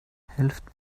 helft